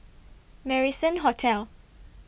Marrison Hotel